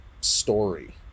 story